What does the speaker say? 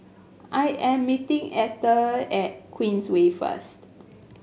I am meeting Etter at Queensway first